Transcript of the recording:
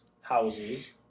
houses